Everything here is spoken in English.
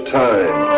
time